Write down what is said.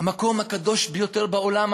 המקום הקדוש ביותר בעולם,